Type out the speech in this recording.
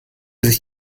sich